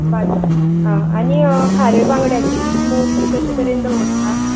बरें आनी खाऱ्या बांगड्यांची किस्मूर बी तशे तरेन दवरता